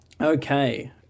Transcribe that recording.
Okay